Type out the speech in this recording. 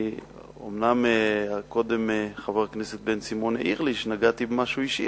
אומנם קודם חבר הכנסת בן-סימון העיר לי שנגעתי במשהו אישי,